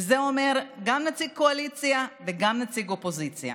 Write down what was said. ואת זה אומר גם נציג קואליציה וגם נציג אופוזיציה.